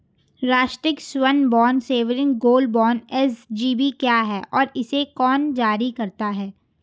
राष्ट्रिक स्वर्ण bond sovereign gold bond SGB क्या है और इसे कौन जारी करता है?